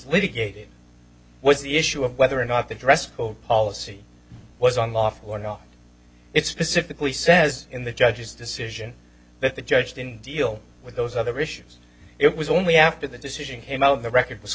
litigated was the issue of whether or not the dress code policy was unlawful or not it's specifically says in the judge's decision that the judge didn't deal with those other issues it was only after the decision came out the record was